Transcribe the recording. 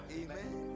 Amen